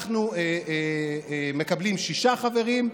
אנחנו מקבלים שישה חברים.